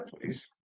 please